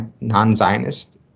non-Zionist